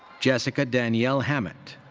jessica danielle hammett.